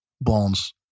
bonds